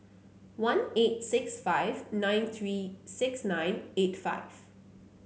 one eight six five nine three six nine eight five